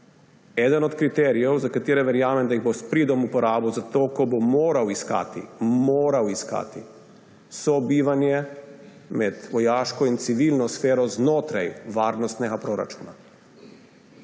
Eden od kriterijev, za katere verjamem, da jih bo s pridom uporabil za to, ko bo moral iskati, moral iskati sobivanje med vojaško in civilno sfero znotraj varnostnega proračuna.